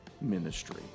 ministry